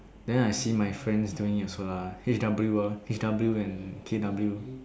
then I see my friends doing it also ah H_W whoa H_W and K_W